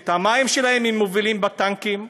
את המים שלהם הם מובילים בטנקים,